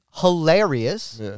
hilarious